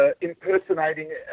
impersonating